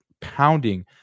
pounding